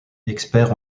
expert